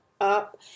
up